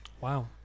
Wow